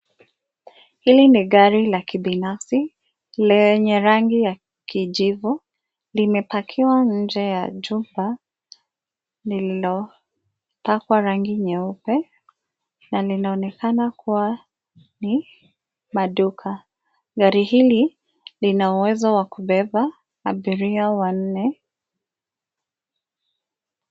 Hili ni gari la kibinafsi lenye rangi ya kijivu limepakiwa nje ya jumba lililopakwa rangi nyeupe na linaonekana kuwa ni maduka, gari hili lina uwezo wa kubeba abiria wanne.